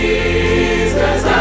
Jesus